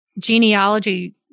genealogy